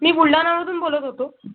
मी बुलढाणावरून बोलत होतो